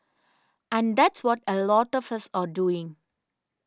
and that's what a lot of us are doing